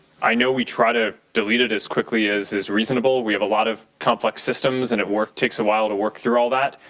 i know we try to delete it as quickly as is reasonable. we have a lot of complex systems and it takes takes awhile to work through all that.